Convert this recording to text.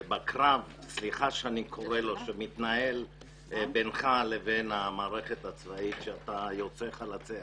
בקרב שמתנהל בינך לבין המערכת הצבאים שאתה יוצא חלציה.